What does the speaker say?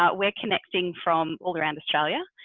ah we're connecting from all around australia,